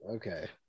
okay